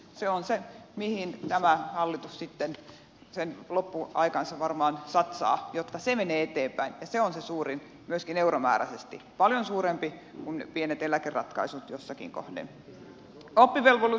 se on se mihin tämä hallitus sitten sen loppuaikansa varmaan satsaa jotta se menee eteenpäin ja se on se suurin myöskin euromääräisesti paljon suurempi kuin pienet eläkeratkaisut jossakin kohden